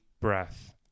breath